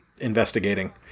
investigating